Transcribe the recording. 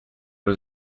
was